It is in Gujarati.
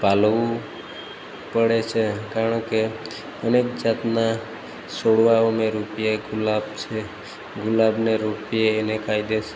પાલવવું પડે છે કારણ કે અનેક જાતના છોડવાઓ અમે રોપીએ ગુલાબ છે ગુલાબને રોપીએ એને કાયદેસર